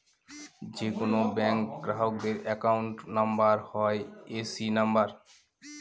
যে কোনো ব্যাঙ্ক গ্রাহকের অ্যাকাউন্ট নাম্বার হয় এ.সি নাম্বার